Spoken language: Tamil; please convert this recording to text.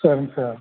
சரிங்க சார்